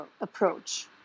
approach